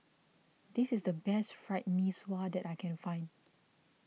this is the best Fried Mee Sua that I can find